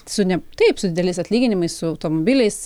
su ne taip su dideliais atlyginimais su automobiliais